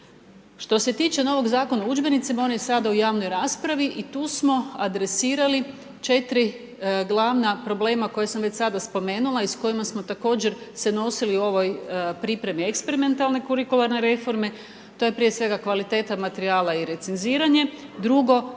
Što se tiče novog zakona o udžbenicima, on je sada u javnoj raspravi i tu smo adresirali 4 glavna problema koja sam već sada spomenula i s kojima smo također se nosili u ovoj pripremi eksperimentalne kurikularne reforme, to je prije svega kvaliteta materijala i recenziranje, drugo,